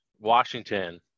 washington